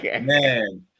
Man